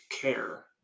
care